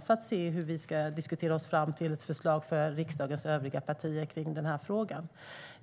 Då kan vi se hur vi ska diskutera oss fram till ett förslag för riksdagens övriga partier i den frågan.